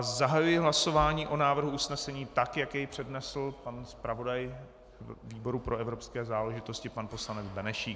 Zahajuji hlasování o návrhu usnesení tak, jak jej přednesl pan zpravodaj výboru pro evropské záležitosti pan poslanec Benešík.